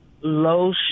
low